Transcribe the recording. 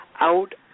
out